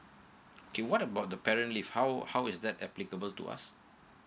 okay what about the parent leave how how is that applicable to us